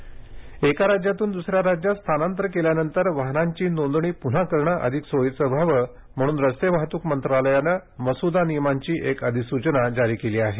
वाहन नोंदणी एका राज्यातून दुसऱ्या राज्यात स्थानांतर केल्यानंतर वाहनांची नोंदणी पून्हा करणं अधिक सोयीचं व्हावं म्हणून रस्ते वाहतूक मंत्रालयानं मसूदा नियमांची एक अधिसूचना जारी केली आहे